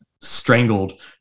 strangled